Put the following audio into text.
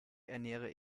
ernähre